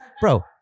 bro